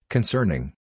Concerning